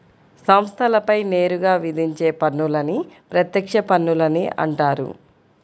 సంస్థలపై నేరుగా విధించే పన్నులని ప్రత్యక్ష పన్నులని అంటారు